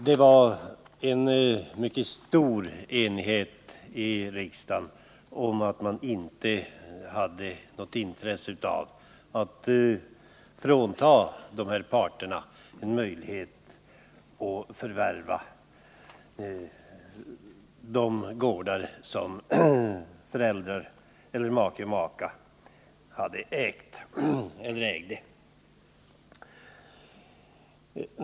Det var en mycket stor enighet i riksdagen om att man inte hade något intresse av att frånta dessa parter deras möjligeter att förvärva de gårdar som föräldrar resp. make/maka hade ägt eller ägde.